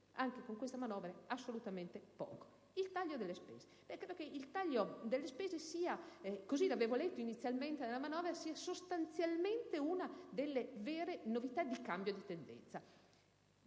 anche con questa manovra, assolutamente poco. Il taglio delle spese. Credo che il taglio delle spese sia, così l'avevo letto all'inizio nella manovra, sostanzialmente una delle vere novità di cambio di tendenza.